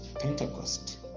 Pentecost